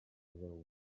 deu